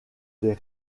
des